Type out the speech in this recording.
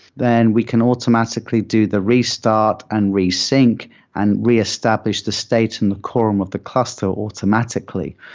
then we can automatically do the restart and re-sync and reestablish the state in the quorum of the cluster automatically.